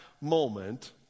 moment